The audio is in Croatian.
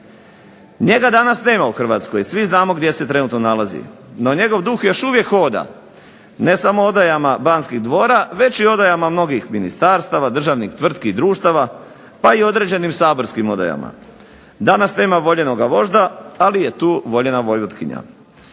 Njega danas nema u Hrvatskoj, svi znamo gdje se trenutno nalazi. No, njegov duh još uvijek hoda ne samo u odajama Banskih dvora već i odajama mnogih ministarstava, državnih tvrtki i društava, pa i određenim saborskim odajama. Danas nema voljenoga vožda ali je tu voljena vojvotkinja.